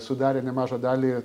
sudarė nemažą dalį